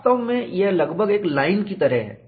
वास्तव में यह लगभग एक लाइन की तरह है